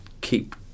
keep –